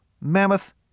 mammoth